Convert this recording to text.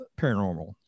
paranormal